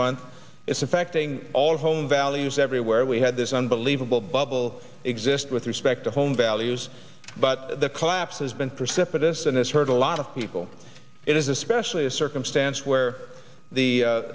month it's affecting all home values everywhere we had this unbelievable bubble exist with respect to home values but the collapse has been for separatists and it's hurt a lot of people it is especially a circumstance where the